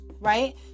right